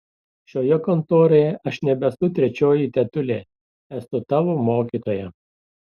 šioje kontoroje aš nebesu trečioji tetulė esu tavo mokytoja